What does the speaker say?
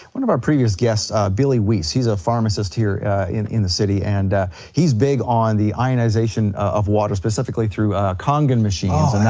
one of our previous guests, ah billy wease, he's a pharmacist here in in the city and he's big on the ionization of water, specifically through kangen machines oh yeah,